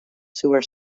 sewer